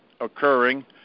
occurring